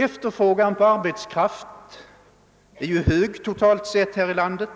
Efterfrågan på arbetskraft är ju hög totalt sett i vårt land,